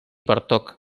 bartók